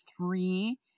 three